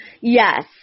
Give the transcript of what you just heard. Yes